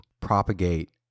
propagate